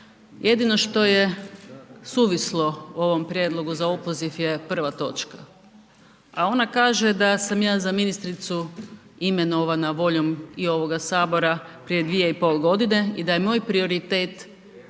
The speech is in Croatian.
Jedino što je suvislo u ovom prijedlogu za opoziv je prva točka, a ona kaže da sam ja za ministricu imenovana voljom i ovoga Sabora prije dvije i pol godine i da je moj prioritet